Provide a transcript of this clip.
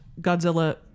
Godzilla